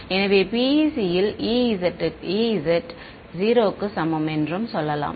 எனவே PEC ல் E z 0 க்கு சமம் என்றும் சொல்லலாம்